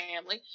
family